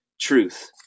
truth